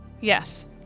Yes